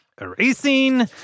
Erasing